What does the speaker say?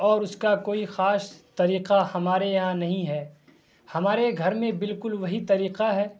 اور اس کا کوئی خاص طریقہ ہمارے یہاں نہیں ہے ہمارے گھر میں بالکل وہی طریقہ ہے